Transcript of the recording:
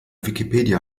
wikipedia